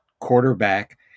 quarterback